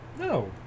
No